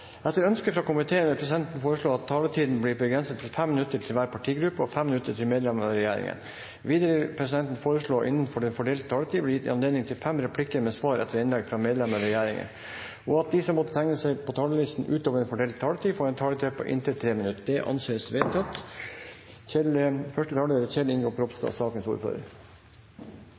Etter ønske fra justiskomiteen vil presidenten foreslå at taletiden blir begrenset til 5 minutter til hver partigruppe og 5 minutter til medlem av regjeringen. Videre vil presidenten foreslå at det blir gitt anledning til fem replikker med svar etter innlegg fra medlemmer av regjeringen innenfor den fordelte taletid, og at de som måtte tegne seg på talerlisten utover den fordelte taletid, får en taletid på inntil 3 minutter. – Det anses vedtatt.